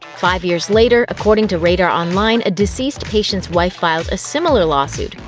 five years later, according to radar online, a deceased patient's wife filed a similar lawsuit,